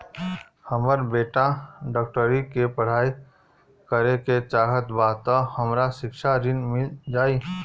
हमर बेटा डाक्टरी के पढ़ाई करेके चाहत बा त हमरा शिक्षा ऋण मिल जाई?